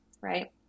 right